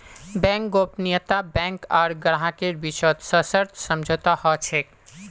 bank गोपनीयता bank आर ग्राहकेर बीचत सशर्त समझौता ह छेक